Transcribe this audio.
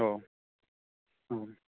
औ औ